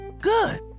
good